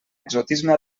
exotisme